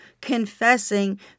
confessing